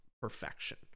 perfection